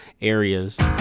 areas